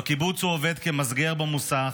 בקיבוץ הוא עובד כמסגר במוסך,